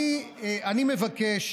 אני מבקש